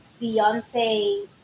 Beyonce